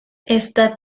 ezta